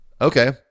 Okay